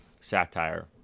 satire